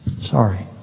Sorry